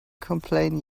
complain